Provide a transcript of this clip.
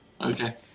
Okay